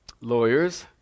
lawyers